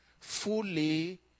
fully